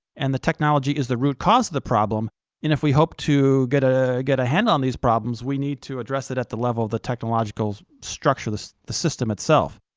and the technology is the root cause of the problem, and if we hope to get a get a handle on these problems we need to address it at the level of the technological structure, the the system itself.